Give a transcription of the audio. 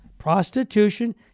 prostitution